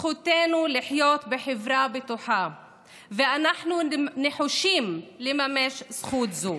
זכותנו לחיות בחברה, ואנחנו נחושים לממש זכות זו.